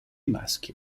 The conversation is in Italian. maschi